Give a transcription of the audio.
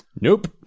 Nope